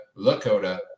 Lakota